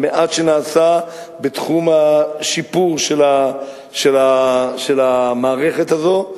המעט שנעשה בתחום השיפור של המערכת הזאת,